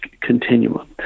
continuum